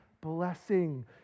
blessing